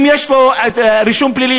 אם יש לו רישום פלילי,